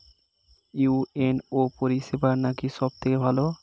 UNO পরিসেবা নাকি সব থেকে ভালো?